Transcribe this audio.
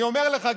אני אומר לך,